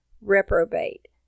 Reprobate